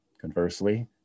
Conversely